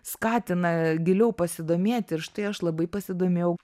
skatina giliau pasidomėti ir štai aš labai pasidomėjau